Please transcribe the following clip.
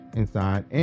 inside